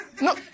No